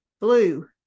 blue